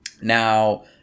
Now